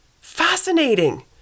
Fascinating